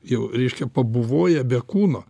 jau reiškia pabuvoję be kūno